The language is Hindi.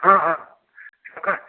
हाँ हाँ हाँ